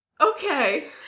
Okay